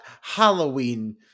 Halloween